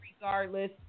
regardless